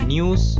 News